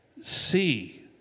see